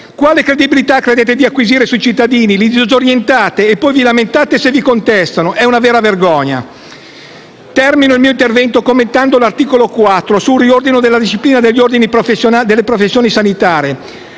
Quale credibilità ritenete di acquisire sui cittadini? Li disorientate e poi vi lamentate se vi contestano; è una vera vergogna. Termino il mio intervento commentando l'articolo 4, sul riordino della disciplina delle professioni sanitarie,